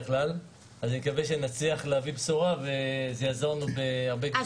אני מקווה שנצליח להביא בשורה ושזה יעזור לנו בהרבה כבישים.